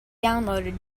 downloaded